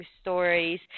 stories